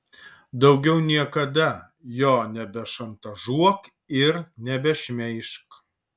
daugiau niekada jo nebešantažuok ir nebešmeižk